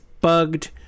bugged